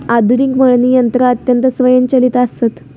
आधुनिक मळणी यंत्रा अत्यंत स्वयंचलित आसत